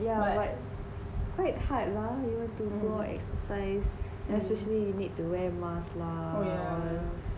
yeah but it's quite hard lah we want to go exercise especially we need to wear mask lah all